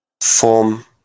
Form